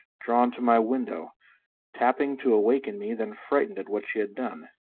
drawn to my window tapping to awaken me, then frightened at what she had done.